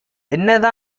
என்ன